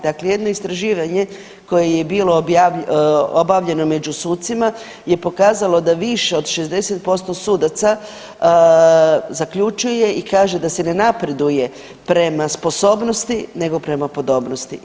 Dakle, jedno istraživanje koje je bilo obavljeno među sucima je pokazalo da više od 60% sudaca zaključuje i kaže da se ne napreduje prema sposobnosti nego prema podobnosti.